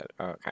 Okay